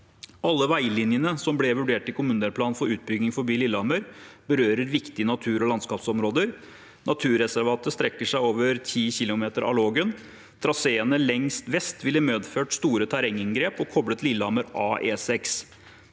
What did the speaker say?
Alle veilinjene som ble vurdert i kommunedelplanen for utbygging forbi Lillehammer, berører viktige natur- og landskapsområder. Naturreservatet strekker seg over 10 km av Lågen. Traseene lengst vest ville medført store terrenginngrep og koblet Lillehammer av E6.